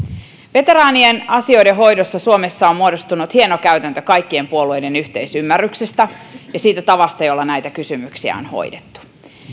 veteraanien asioiden hoidossa suomessa on muodostunut hieno käytäntö kaikkien puolueiden yhteisymmärryksestä ja siitä tavasta jolla näitä kysymyksiä on hoidettu